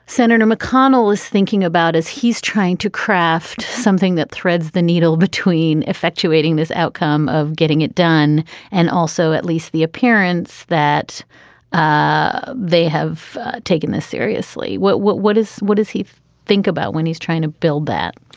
senator mcconnell is thinking about as he's trying to craft something that threads the needle between effectuating this outcome of getting it done and also at least the appearance that ah they have taken this seriously. what what what is. what does he think about when he's trying to build that?